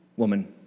Woman